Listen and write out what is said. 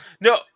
no